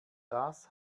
das